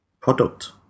product